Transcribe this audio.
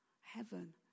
heaven